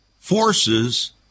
Forces